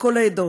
מכל העדות,